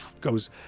goes